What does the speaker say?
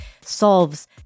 solves